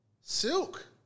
Silk